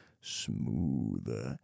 smooth